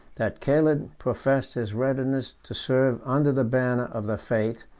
that caled professed his readiness to serve under the banner of the faith,